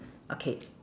okay